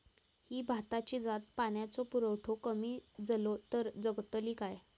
ही भाताची जात पाण्याचो पुरवठो कमी जलो तर जगतली काय?